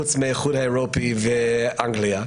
חוץ מהאיחוד האירופי ואנגליה,